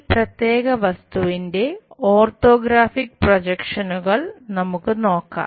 ഈ പ്രത്യേക വസ്തുവിന്റെ ഓർത്തോഗ്രാഫിക് പ്രൊജക്ഷനുകൾ നമുക്ക് നോക്കാം